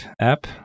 app